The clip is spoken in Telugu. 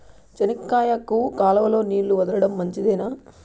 చెనక్కాయకు కాలువలో నీళ్లు వదలడం మంచిదేనా?